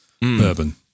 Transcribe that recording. bourbon